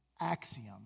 axiom